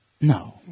No